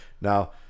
Now